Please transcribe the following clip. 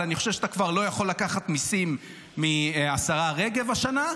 אבל אני חושב שאתה כבר לא יכול לקחת מיסים מהשרה רגב השנה.